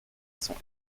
sont